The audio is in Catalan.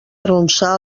arronsar